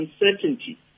uncertainty